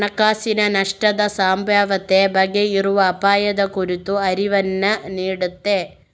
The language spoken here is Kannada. ಹಣಕಾಸಿನ ನಷ್ಟದ ಸಂಭಾವ್ಯತೆ ಬಗ್ಗೆ ಇರುವ ಅಪಾಯದ ಕುರಿತ ಅರಿವನ್ನ ನೀಡ್ತದೆ